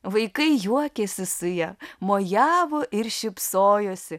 vaikai juokėsi su ja mojavo ir šypsojosi